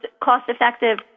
cost-effective